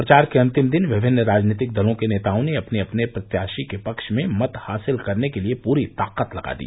प्रचार के अन्तिम दिन विभिन्न राजनीतिक दलों के नेताओं ने अपने अपने प्रत्याशी के पक्ष में मत हासिल करने के लिये पूरी ताकत लगा दी